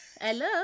hello